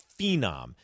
phenom